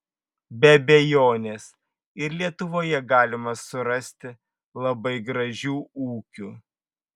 be abejonės ir lietuvoje galima surasti labai gražių ūkių